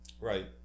right